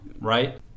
right